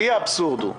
שיא האבסורד הוא,